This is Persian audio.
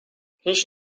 هیچ